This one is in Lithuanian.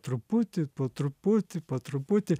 truputi po truputį po truputį